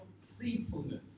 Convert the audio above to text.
seedfulness